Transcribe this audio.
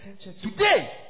today